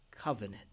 covenant